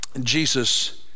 Jesus